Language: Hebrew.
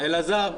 אלעזר,